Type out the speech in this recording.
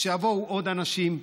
שיבואו עוד אנשים,